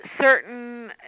certain